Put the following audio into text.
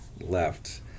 left